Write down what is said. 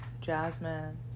Jasmine